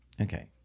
Okay